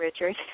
Richard